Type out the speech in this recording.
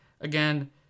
Again